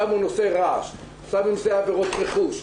שמו נושא רעש, שמו נושא עבירות רכוש.